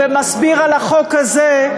לא יודעת, ומסביר על החוק הזה,